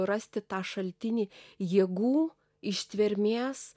rasti tą šaltinį jėgų ištvermės